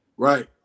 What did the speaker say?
Right